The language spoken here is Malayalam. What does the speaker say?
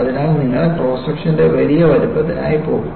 അതിനാൽ നിങ്ങൾ ക്രോസ് സെക്ഷന്റെ വലിയ വലുപ്പത്തിനായി പോകും